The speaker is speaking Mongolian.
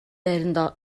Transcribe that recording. байранд